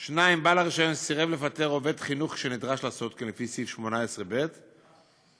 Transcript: (2) בעל הרישיון סירב לפטר עובד חינוך שנדרש לעשות לפי סעיף 18(ב); (3)